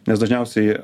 nes dažniausiai